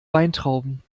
weintrauben